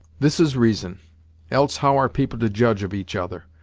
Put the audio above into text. this is reason else how are people to judge of each other.